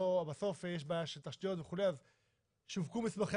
יש בעיה של תשתיות וכולי אז הופקו מסמכי